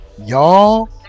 y'all